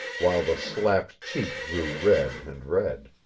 while the slapped cheek grew red and red.